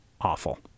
awful